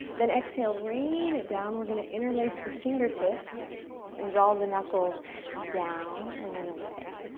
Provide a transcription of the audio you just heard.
then exhale, rain it down. we're gonna interlace the fingertips and draw the knuckles down and then away.